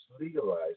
legalized